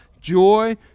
joy